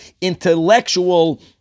intellectual